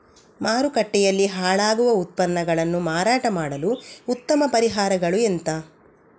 ಮಾರುಕಟ್ಟೆಯಲ್ಲಿ ಹಾಳಾಗುವ ಉತ್ಪನ್ನಗಳನ್ನು ಮಾರಾಟ ಮಾಡಲು ಉತ್ತಮ ಪರಿಹಾರಗಳು ಎಂತ?